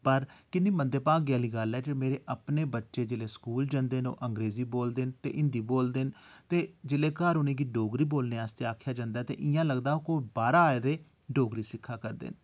पर किन्नी मंदे भागें आह्ली गल्ल ऐ जे मेरे अपने बच्चे जेल्लै स्कूल जंदे न ओह् अंग्रेजी बोलदे न ते हिंदी बोलदे न ते जेल्लै घर उनें गी डोगरी बोलने आस्तै आखेआ जंदा ते इ'यां लगदा ओह् कोई बाहरां आए दे डोगरी सिक्खा करदे न